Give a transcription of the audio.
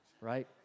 right